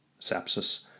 sepsis